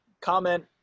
comment